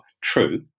true